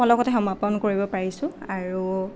পলকতে সমাপন কৰিব পাৰিছোঁ আৰু